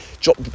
drop